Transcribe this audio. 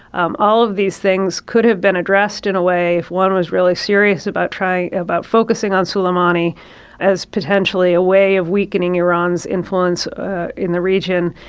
um all of these things could have been addressed in a way if one was really serious about try about focusing on suleimani as potentially a way of weakening iran's influence in the region.